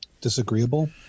disagreeable